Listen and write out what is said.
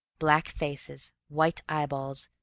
black faces, white eyeballs,